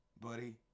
buddy